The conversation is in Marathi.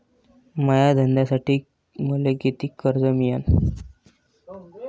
माया धंद्यासाठी मले कितीक कर्ज मिळनं?